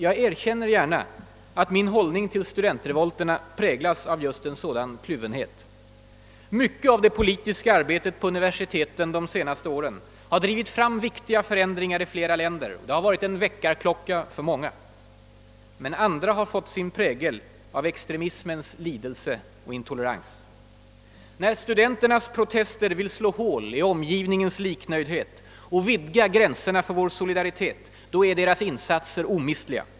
Jag erkänner gärna att min hållning till studentrevolterna präglas av just en sådan kluvenhet. Mycket av det politiska arbetet på universiteten de senaste åren har drivit fram viktiga förändringar i flera länder, det har varit en väckarklocka för många. Andra inslag har fått sin prägel av extremismens lidelse och intolerans. När studenternas protester vill slå hål i omgivningens liknöjdhet och vidga gränserna för vår solidaritet är deras insatser omistliga.